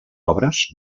obres